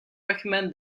recommend